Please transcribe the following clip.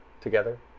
together